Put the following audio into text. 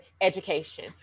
education